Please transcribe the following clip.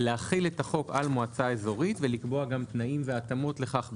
להחיל את החוק על מועצה אזורית וגם לקבוע תנאים והתאמות לכך בצו.